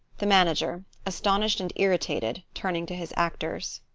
the manager astonished and irritated, turning to his actors.